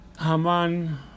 Haman